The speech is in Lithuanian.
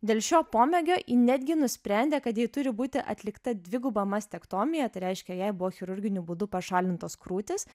dėl šio pomėgio ji netgi nusprendė kad jai turi būti atlikta dviguba mastektomija tai reiškia jai buvo chirurginiu būdu pašalintos krūtys